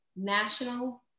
National